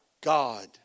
God